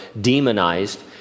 demonized